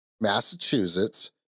Massachusetts